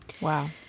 Wow